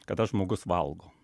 kada žmogus valgo